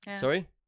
Sorry